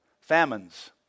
Famines